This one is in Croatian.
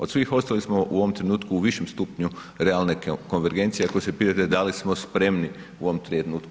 Od svih ostalih smo u ovom trenutku u višem stupnju realne konvergencije ako se pitate da li smo spremni u ovom trenutku.